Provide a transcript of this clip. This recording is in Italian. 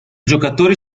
giocatori